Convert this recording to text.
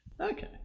Okay